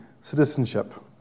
citizenship